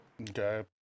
Okay